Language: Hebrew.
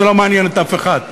זה לא מעניין אף אחד.